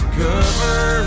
cover